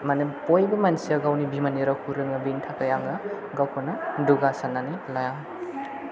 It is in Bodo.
माने बयबो मानसिया गावनि बिमानि रावखौ रोङो बेनि थाखाय आङो गावखौ दुगा साननानै लाया